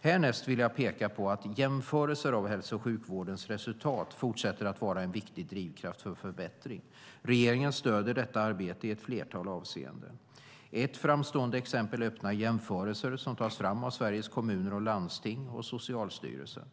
Härnäst vill jag peka på att jämförelser av hälso och sjukvårdens resultat fortsätter att vara en viktig drivkraft för förbättring. Regeringen stöder detta arbete i ett flertal avseenden. Ett framstående exempel är de öppna jämförelser som tas fram av Sveriges Kommuner och Landsting och Socialstyrelsen.